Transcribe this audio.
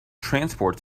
transport